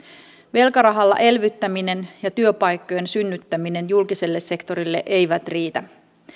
velkarahalla elvyttäminen ja työpaikkojen synnyttäminen julkiselle sektorille eivät riitä